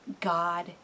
God